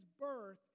birth